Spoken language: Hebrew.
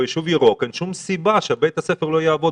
ביישוב ירוק אין שום סיבה שבית הספר לא יעבוד